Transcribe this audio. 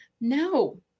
No